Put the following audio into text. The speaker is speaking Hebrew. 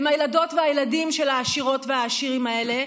הילדות והילדים של העשירות והעשירים האלה,